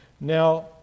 Now